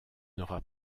n’aura